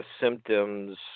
symptoms